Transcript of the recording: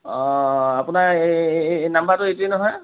অ আপোনাৰ এই নাম্বাৰটো এইটোৱে নহয়